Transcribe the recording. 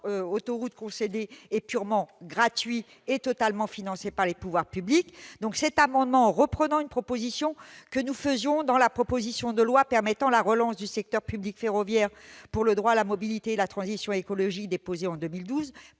autoroute concédée, est purement gratuit et totalement financé par les pouvoirs publics. Cet amendement, reprenant une proposition que nous avons formulée dans la proposition de loi permettant la relance du secteur public ferroviaire pour le droit à la mobilité et la transition écologique déposée en 2012,